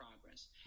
progress